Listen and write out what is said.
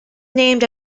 named